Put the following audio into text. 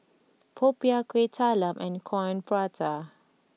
Popiah Kueh Talam and Coin Prata